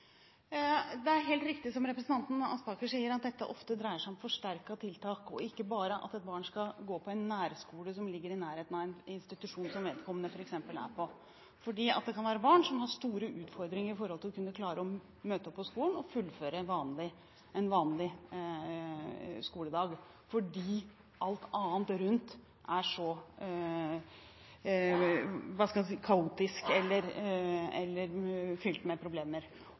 Det er helt riktig som representanten Aspaker sier, at dette ofte dreier seg om forsterkede tiltak, og ikke bare om at barn skal gå på en nærskole som ligger i nærheten av en institusjon som vedkommende f.eks. er på; det kan være barn som har store utfordringer med hensyn til å kunne klare å møte opp på skolen og fullføre en vanlig skoledag, fordi alt annet rundt er så kaotisk eller fylt med problemer.